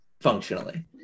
functionally